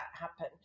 happen